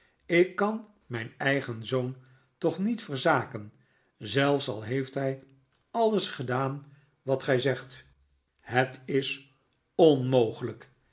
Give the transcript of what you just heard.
ik kan mijn eigen zoon toch niet verzaken zelfs al heeft hij alles gedaan wat gij zegt het is onmogelijk